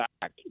back